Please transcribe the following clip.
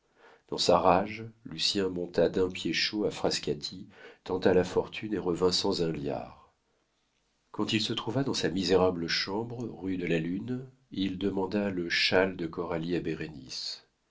dans sa rage lucien monta d'un pied chaud à frascati tenta la fortune et revint sans un liard quand il se trouva dans sa misérable chambre rue de la lune il demanda le châle de coralie